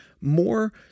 more